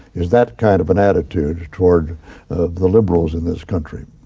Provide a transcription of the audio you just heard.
is that kind of an attitude towards the liberals in this country.